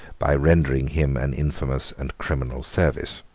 by rendering him an infamous and criminal service.